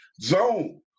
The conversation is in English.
zone